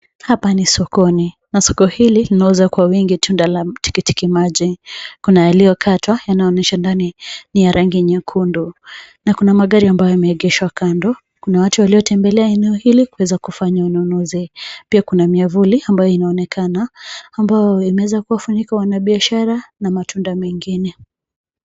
Hapa ni sokoni, na soko hili, linauza kwa wingi tunda la tikitimaji. Kuna yaliyokatwa, yanaonyesha ndani, ni rangi nyekundu, na kuna magari ambayo yameegeshwa kando, kuna watu waliotembelea eneo hili, kuweza kufanya ununuzi. Pia kuna miavuli, ambayo inaonekana, ambayo imeweza kuwafunika wanabiashara, na matunda mengine.